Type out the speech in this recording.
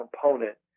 component